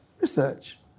research